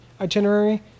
itinerary